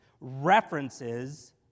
references